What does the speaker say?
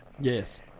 Yes